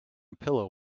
pillow